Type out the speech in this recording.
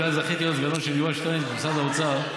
כשאז זכיתי להיות סגנו של יובל שטייניץ במשרד האוצר,